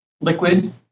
liquid